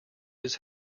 his